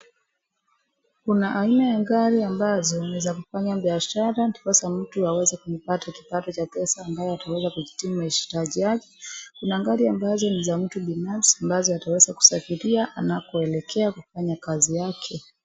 Kuna aina ya gari ambazo zinaweza kufanya biashara ndiposa mtu aweze kupata kipato cha pesa ambayo ataweza kujikimu mahitaji yake. Kuna gari ambazo ni za mtu binafsi ambazo anaweza kusafiria anakoelekea kufanya kazi yake.